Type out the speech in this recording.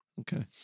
Okay